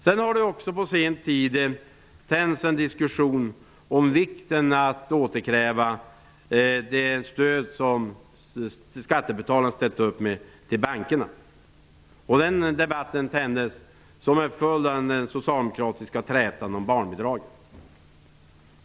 Sedan har det också tänts en diskussion om vikten av att återkräva det stöd till bankerna som skattebetalarna ställt upp med. Den debatten tändes som en följd av den socialdemokratiska trätan om barnbidragen.